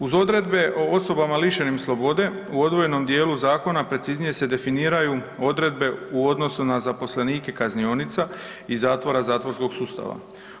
Uz odredbe o osobama lišenim slobode u odvojenom dijelu zakona preciznije se definiraju odredbe u odnosu na zaposlenike kaznionica i zatvora i zatvorskog sustava.